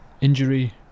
injury